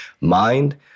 Mind